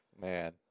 Man